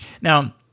Now